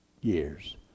years